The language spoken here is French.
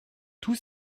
tous